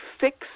fix